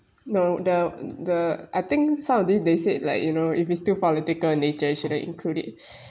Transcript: no the the I think some of these they said like you know if it's still political nature you shouldn't include it